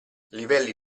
livelli